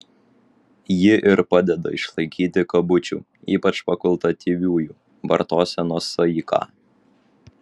ji ir padeda išlaikyti kabučių ypač fakultatyviųjų vartosenos saiką